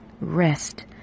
rest